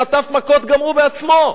חטף מכות גם הוא בעצמו.